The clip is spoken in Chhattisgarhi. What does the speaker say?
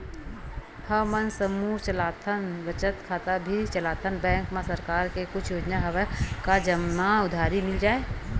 हमन समूह चलाथन बचत खाता भी चलाथन बैंक मा सरकार के कुछ योजना हवय का जेमा उधारी मिल जाय?